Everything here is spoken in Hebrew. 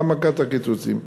העמקת הקיצוצים.